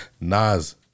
Nas